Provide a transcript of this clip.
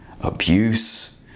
abuse